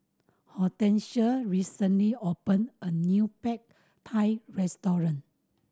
Hortensia recently opened a new Pad Thai Restaurant